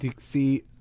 see